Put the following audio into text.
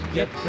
Get